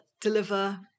deliver